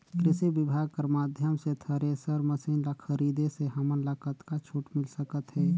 कृषि विभाग कर माध्यम से थरेसर मशीन ला खरीदे से हमन ला कतका छूट मिल सकत हे?